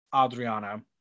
Adriana